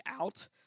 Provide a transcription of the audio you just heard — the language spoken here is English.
out